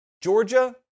Georgia